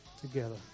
together